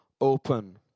open